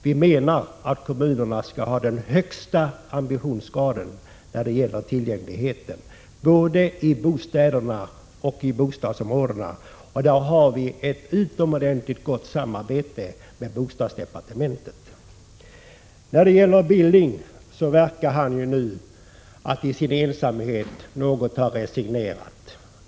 Vi menar att kommunerna skall ha den högsta ambitionsgraden när det gäller tillgängligheten, både i bostäderna och i bostadsområdena i övrigt. I det avseendet har vi ett utomordentligt gott samarbete med bostadsdepartementet. Billing verkar nu i sin ensamhet något ha resignerat.